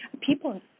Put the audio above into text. people